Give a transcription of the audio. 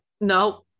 no